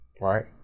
right